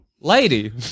Lady